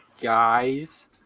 guys